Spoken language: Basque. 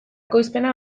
ekoizpena